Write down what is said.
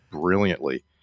brilliantly